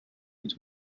its